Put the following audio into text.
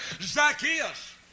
Zacchaeus